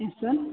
yes sir